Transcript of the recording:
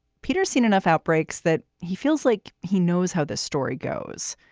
peter seen enough outbreaks that he feels like he knows how this story goes.